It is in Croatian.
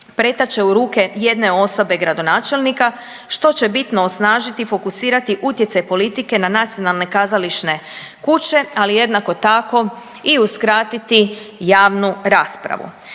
pretače u ruke jedne osobe gradonačelnika što će bitno osnažiti i fokusirati utjecaj politike na nacionalne kazališne kuće, ali jednako tako i uskratiti javnu raspravu.